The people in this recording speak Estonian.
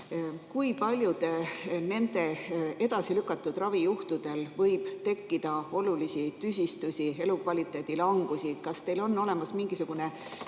Kui paljude nende edasi lükatud ravijuhtude korral võib tekkida olulisi tüsistusi, elukvaliteedi langust? Kas teil on olemas mingisugune